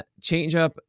changeup